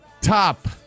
top